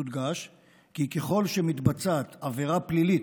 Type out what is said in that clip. יודגש כי ככל שמתבצעת עבירה פלילית,